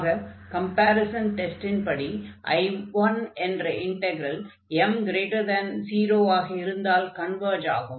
ஆக கம்பேரிஸன் டெஸ்டின்படி I1 என்ற இன்டக்ரல் m0 ஆக இருந்தால் கன்வர்ஜ் ஆகும்